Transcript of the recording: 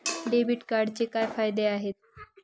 Debit कार्डचे काय फायदे आहेत?